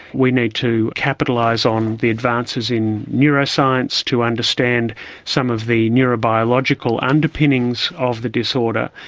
we need to capitalise on the advances in neuroscience to understand some of the neurobiological underpinnings of the disorder.